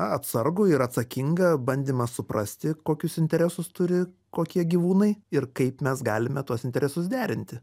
atsargų ir atsakinga bandymą suprasti kokius interesus turi kokie gyvūnai ir kaip mes galime tuos interesus derinti